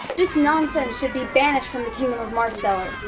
this nonsense should be banished from the kingdom of marsteller.